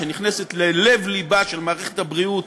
שנכנסת ללב-לבה של מערכת הבריאות,